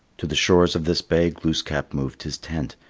to the shores of this bay glooskap moved his tent,